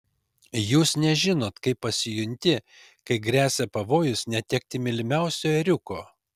jūs nežinot kaip pasijunti kai gresia pavojus netekti mylimiausio ėriuko